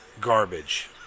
garbage